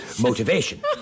motivation